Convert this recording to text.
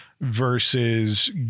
versus